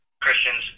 Christians